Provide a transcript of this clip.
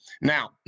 Now